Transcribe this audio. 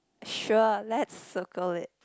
sure let's circle it